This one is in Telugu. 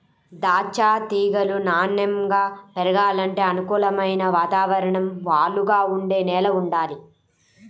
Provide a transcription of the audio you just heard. దాచ్చా తీగలు నాన్నెంగా పెరగాలంటే అనుకూలమైన వాతావరణం, వాలుగా ఉండే నేల వుండాలి